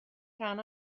rhan